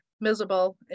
miserable